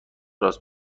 راست